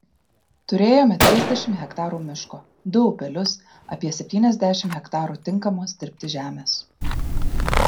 turėjome trisdešimt hektarų miško du upelius apie septyniasdešimt hektarų tinkamos dirbti žemės